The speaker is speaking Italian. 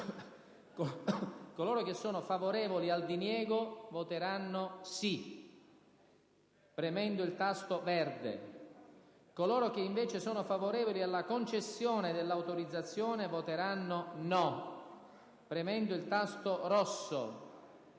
coloro che sono favorevoli al diniego voteranno sì, premendo il tasto verde; coloro che invece sono favorevoli alla concessione dell'autorizzazione voteranno no, premendo il tasto rosso;